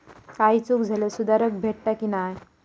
काही चूक झाल्यास सुधारक भेटता की नाय?